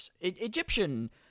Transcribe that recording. Egyptian